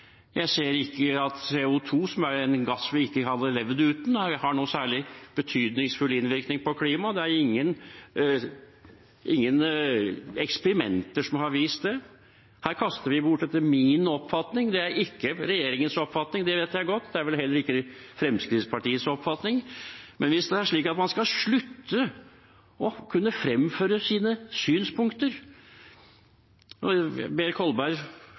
Jeg ser ikke at CO 2 , som er en gass vi ikke kunne ha levd uten, har noen særlig betydningsfull innvirkning på klimaet. Det er ingen eksperimenter som har vist det. Dette er bortkastet – etter min oppfatning. Det er ikke regjeringens oppfatning, det vet jeg godt; det er vel heller ikke Fremskrittspartiets oppfatning. Men er det slik at man skal slutte å kunne fremføre sine synspunkter? Jeg ber Kolberg